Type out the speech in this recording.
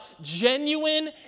genuine